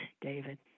David